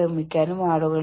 ഇത് ചെയ്താൽ മതി